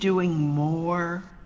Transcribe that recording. doing more